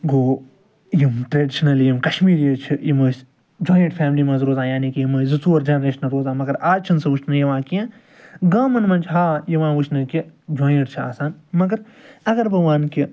گوٚو یِم ٹرٛیڈِشنٕلی یِم کشمیٖریٖز چھِ یِم ٲسۍ جۄاینٛٹ فیملی منٛز روزان یعنی کہِ یِم ٲسۍ زٕ ژور جَنریشنہٕ روزان مگر آز چھُنہٕ سُہ وُچھنہٕ یِوان کیٚنٛہہ گامَن منٛز چھِ ہاں یِوان وُچھنہٕ کہِ جۄاینٛٹ چھِ آسان مگر اَگر بہٕ وَنہٕ کہِ